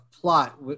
plot